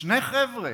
שני חבר'ה,